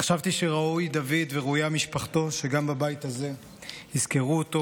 חשבתי שראוי דוד וראויה משפחתו שגם בבית הזה יזכרו אותו,